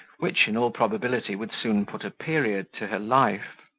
which, in all probability, would soon put a period to her life.